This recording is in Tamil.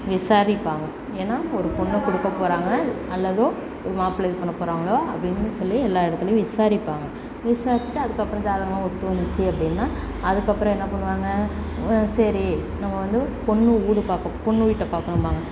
விசாரிப்பாங்க ஏன்னா ஒரு பொண்ணை கொடுக்கப் போகிறாங்க அல்லது மாப்பிள்ளை இது பண்ண போகிறாங்களோ அப்படின்னு சொல்லி எல்லா இடத்துலையும் விசாரிப்பாங்க விசாரிச்சுட்டு அதுக்கப்புறம் ஜாதகம்லாம் ஒத்து வந்துச்சு அப்படின்னா அதுக்கப்புறம் என்ன பண்ணுவாங்க சரி நாங்கள் வந்து பொண்ணு வீடு பார்க்க பொண்ணு வீட்டை பார்க்கணும்பாங்க